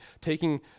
taking